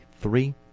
three